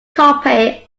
copy